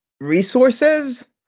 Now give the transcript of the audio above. resources